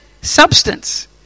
substance